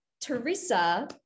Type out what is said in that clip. Teresa